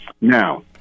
Now